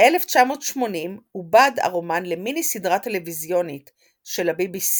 ב־1980 עובד הרומן למיני סדרה טלוויזיונית של ה־BBC,